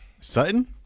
Sutton